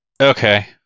Okay